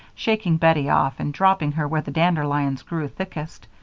shaking bettie off and dropping her where the dandelions grew thickest.